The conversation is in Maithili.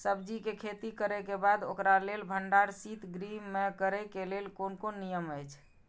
सब्जीके खेती करे के बाद ओकरा लेल भण्डार शित गृह में करे के लेल कोन कोन नियम अछि?